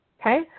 okay